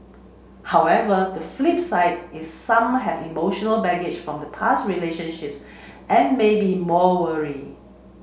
however the flip side is some have emotional baggage from past relationships and may be more wary